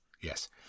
Yes